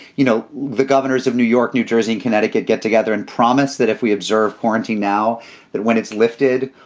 you know, the governors of new york, new jersey and connecticut get together and promise that if we observe quarantine now that when it's lifted,